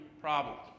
problems